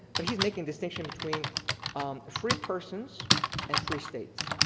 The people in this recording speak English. but he's making distinction between um free persons and free states,